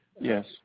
Yes